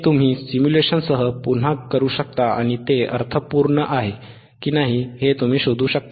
हे तुम्ही सिम्युलेशनसह पुन्हा करू शकता आणि ते अर्थपूर्ण आहे की नाही हे तुम्ही शोधू शकता